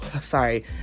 sorry